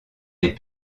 les